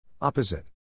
Opposite